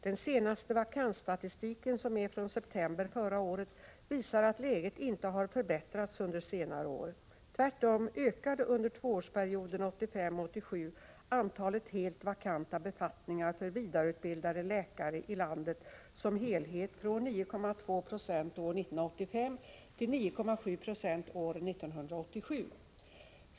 Den senaste vakansstatistiken, som är från september förra året, visar att läget inte har förbättrats under senare år. Tvärtom ökade under tvåårsperioden 1985-1987 antalet helt vakanta befattningar för vidareutbildade läkare i landet som helhet från 9,2 96 år 1985 till 9,7 96 år 1987.